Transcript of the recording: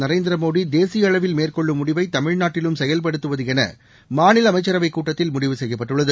நரேந்திரமோடி தேசிய அளவில் மேற்கொள்ளும் முடிவை தமிழ்நாட்டிலும் செயல்படுத்துவது என மாநில அமைச்சரவைக் கூட்டத்தில் முடிவு செய்யப்பட்டுள்ளது